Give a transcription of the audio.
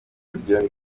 bagirana